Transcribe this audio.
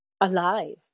alive